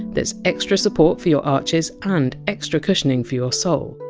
there! s extra support for your arches and extra cushioning for your sole.